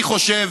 אני חושב,